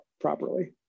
properly